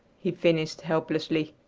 he finished helplessly.